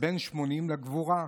ו"בן שמונים לגבורה".